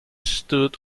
stood